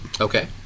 Okay